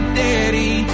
daddy